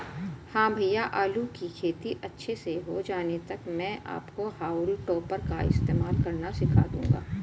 हां भैया आलू की खेती अच्छे से हो जाने तक मैं आपको हाउल टॉपर का इस्तेमाल करना सिखा दूंगा